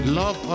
love